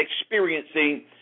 experiencing